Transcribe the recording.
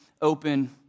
open